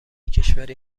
کشوری